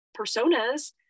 personas